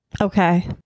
Okay